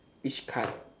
which card